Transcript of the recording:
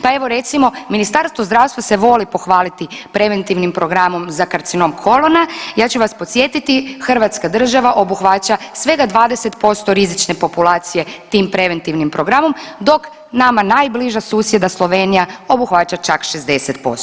Pa evo, recimo, Ministarstvo zdravstva se voli pohvaliti preventivnim programom za karcinom kolona, ja ću vas podsjetiti, hrvatska država obuhvaća svega 20% rizične populacije tim preventivnim programom, dok nama najbliža susjeda Slovenija obuhvaća čak 60%